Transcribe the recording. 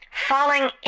Falling